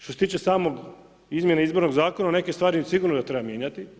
Što se tiče samog izmjena Izbornog zakona neke stvari sigurno da treba mijenjati.